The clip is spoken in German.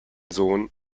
sohn